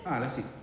ah last week